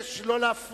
התשס"ט 2009,